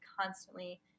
constantly